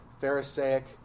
Pharisaic